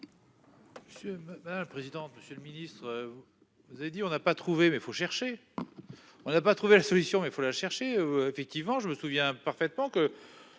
Monsieur le Ministre. Vous avez dit on n'a pas trouvé mais faut chercher. On n'a pas trouvé la solution mais il faut la chercher effectivement je me souviens parfaitement que